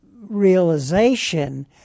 Realization